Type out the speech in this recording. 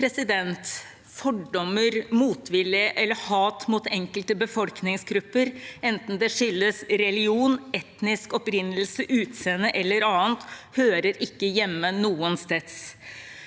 Fordommer, motvilje eller hat mot enkelte befolkningsgrupper, enten det skyldes religion, etnisk opprinnelse, utseende eller annet, hører ikke noensteds